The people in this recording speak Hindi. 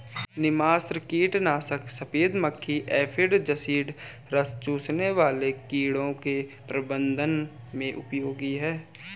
नीमास्त्र कीटनाशक सफेद मक्खी एफिड जसीड रस चूसने वाले कीड़ों के प्रबंधन में उपयोगी है